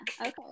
okay